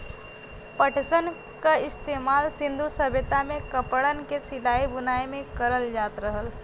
पटसन क इस्तेमाल सिन्धु सभ्यता में कपड़न क सिलाई बुनाई में करल जात रहल